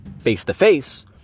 face-to-face